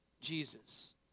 Jesus